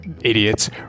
idiots